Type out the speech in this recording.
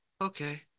okay